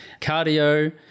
cardio